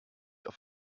auf